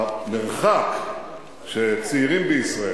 המרחק של צעירים בישראל,